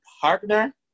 partner